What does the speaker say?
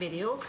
בדיוק.